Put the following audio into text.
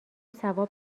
ثواب